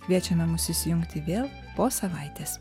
kviečiame mus įsijungti vėl po savaitės